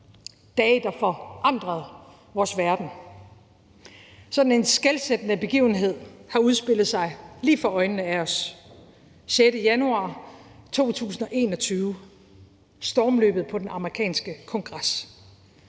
dage, der forandrede vores verden. Sådan en skelsættende begivenhed har udspillet sig for øjnene af os. Den 6. januar 2021 skete stormløbet på Kongressen